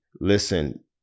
Listen